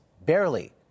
barely